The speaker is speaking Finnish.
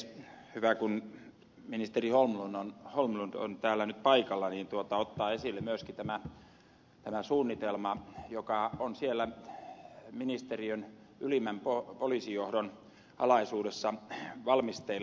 on hyvä kun ministeri holmlund on täällä nyt paikalla ottaa esille myöskin tämä suunnitelma joka on siellä ministeriön ylimmän poliisijohdon alaisuudessa valmisteilla